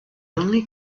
only